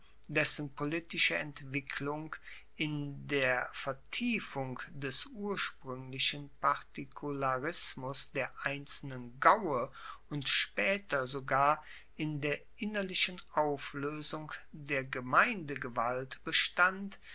dessen politische entwicklung in der vertiefung des urspruenglichen partikularismus der einzelnen gaue und spaeter sogar in der innerlichen aufloesung der gemeindegewalt bestand